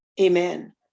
amen